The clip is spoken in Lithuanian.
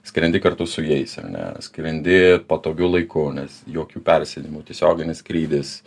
skrendi kartu su jais ar ne skrendi patogiu laiku nes jokių persėdimų tiesioginis skrydis